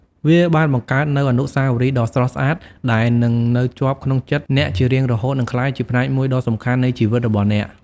វាបានបង្កើតនូវអនុស្សាវរីយ៍ដ៏ស្រស់ស្អាតដែលនឹងនៅជាប់ក្នុងចិត្តអ្នកជារៀងរហូតនិងក្លាយជាផ្នែកមួយដ៏សំខាន់នៃជីវិតរបស់អ្នក។